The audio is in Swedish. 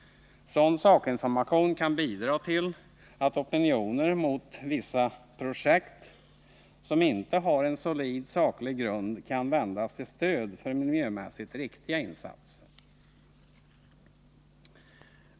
Sådan sakinformation kan bidra till att opinioner mot vissa projekt som inte har en solid saklig grund kan ässigt riktiga satsningar.